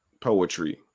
poetry